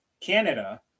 Canada